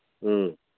ꯎꯝ